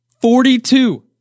Forty-two